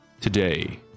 Today